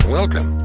Welcome